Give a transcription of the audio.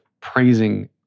praising